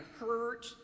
hurt